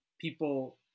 people